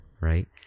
right